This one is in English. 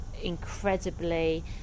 incredibly